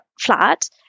flat